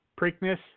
Preakness